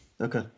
Okay